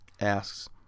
asks